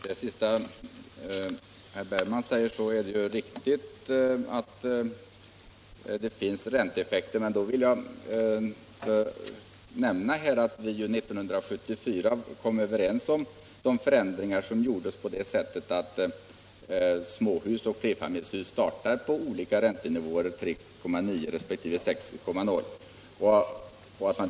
Herr talman! När det gäller det sista som herr Bergman sade, så är det riktigt att det finns ränteeffekter. Men då vill jag nämna att vi 1974 kom överens om de förändringar som innebar att småhus och flerfamiljshus startar på olika räntenivåer — 6,0 resp. 3,9.